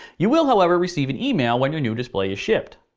you will, however, receive an email when your new display is shipped.